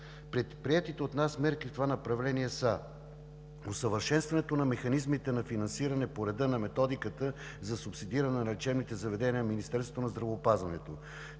Предприетите от нас мерки в това направление са: - Усъвършенстването на механизмите на финансиране по реда на методиката за субсидиране на лечебните заведения на Министерството на здравеопазването.